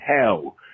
hell